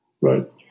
Right